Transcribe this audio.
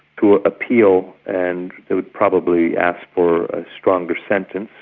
to ah appeal and they would probably ask for a stronger sentence.